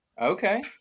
Okay